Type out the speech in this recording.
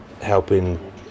helping